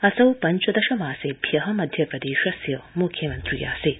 असौ पञ्चदश मासेभ्य मध्यप्रदेशस्य मुख्यमन्त्री आसीत्